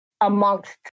amongst